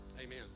Amen